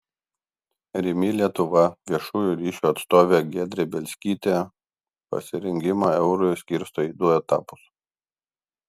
rimi lietuva viešųjų ryšių atstovė giedrė bielskytė pasirengimą eurui skirsto į du etapus